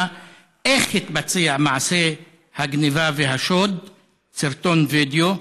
איך התבצע מעשה הגנבה והשוד בסרטון וידיאו.